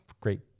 great